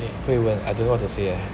hui-wen I don't know what to say eh